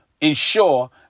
ensure